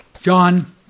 John